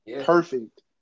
perfect